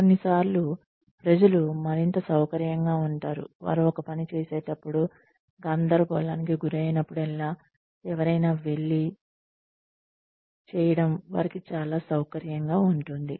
కొన్నిసార్లు ప్రజలు మరింత సౌకర్యంగా ఉంటారు వారు ఒక పని చేసేటప్పుడు గందరగోళానికి గురైనప్పుడల్లా ఎవరైనా వెళ్లి చేయడం వారికి చాలా సౌకర్యంగా ఉంటుంది